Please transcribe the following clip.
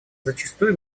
зачастую